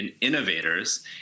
innovators